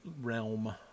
realm